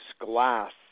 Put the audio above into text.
glass